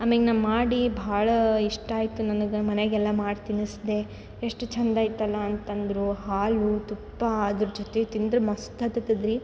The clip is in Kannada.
ಆಮೇಲೆ ನಾ ಮಾಡಿ ಭಾಳ ಇಷ್ಟ ಆಯಿತು ನನಗೆ ಮನೆಗೆಲ್ಲ ಮಾಡಿ ತಿನ್ನಿಸ್ದೆ ಎಷ್ಟು ಚಂದ ಇತ್ತಲ್ಲ ಅಂತಂದ್ರು ಹಾಲು ತುಪ್ಪ ಅದ್ರ ಜೊತೆ ತಿಂದರೆ ಮಸ್ತ್ ಆಗ್ತದ್ ರೀ